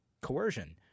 coercion